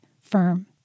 firm